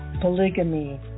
polygamy